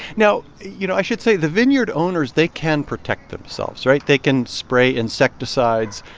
now, you know, i should say, the vineyard owners, they can protect themselves, right? they can spray insecticides.